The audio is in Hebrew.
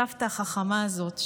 הסבתא החכמה הזאת,